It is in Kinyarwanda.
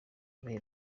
bihe